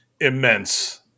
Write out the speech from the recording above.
immense